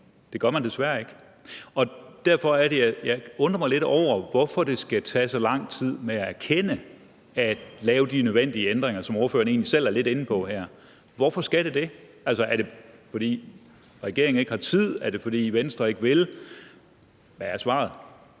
Det gør man desværre ikke. Derfor er det, jeg undrer mig lidt over, hvorfor det skal tage så lang tid at erkende det og lave de nødvendige ændringer, som ordføreren egentlig selv er lidt inde på her. Hvorfor skal det det? Er det, fordi regeringen ikke har tid? Er det, fordi Venstre ikke vil? Hvad er svaret?